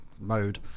mode